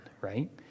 right